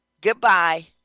Goodbye